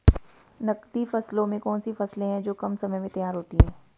नकदी फसलों में कौन सी फसलें है जो कम समय में तैयार होती हैं?